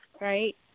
right